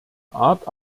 art